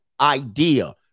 idea